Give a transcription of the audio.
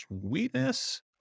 Sweetness